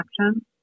action